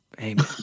Amen